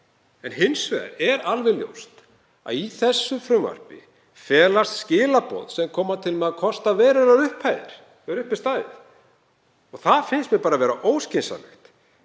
Hins vegar er alveg ljóst að í þessu frumvarpi felast skilaboð sem koma til með að kosta verulegar upphæðir þegar upp er staðið. Það finnst mér bara óskynsamlegt.